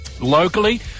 Locally